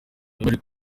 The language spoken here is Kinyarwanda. ari